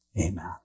Amen